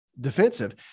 Defensive